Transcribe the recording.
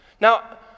Now